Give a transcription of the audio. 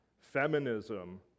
feminism